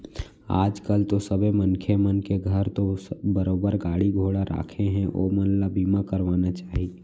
आज कल तो सबे मनखे मन के घर तो बरोबर गाड़ी घोड़ा राखें हें ओमन ल बीमा करवाना चाही